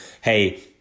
Hey